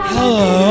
Hello